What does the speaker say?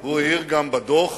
הוא העיר גם בדוח